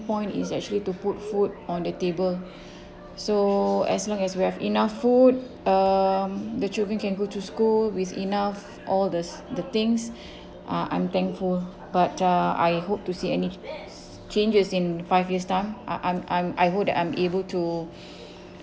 point is actually to put food on the table so as long as we have enough food um the children can go to school with enough all the s~ the things uh I'm thankful but uh I hope to see any changes in five years time I I'm I'm I hope that I'm able to